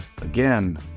Again